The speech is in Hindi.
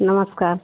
नमस्कार